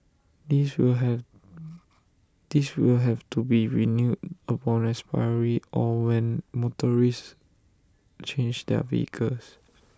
this will have this will have to be renewed upon expiry or when motorists change their vehicles